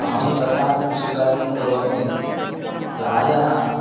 अहं तथा कृषिकार्यं करोमि प्रायः